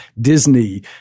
Disney